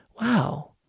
Wow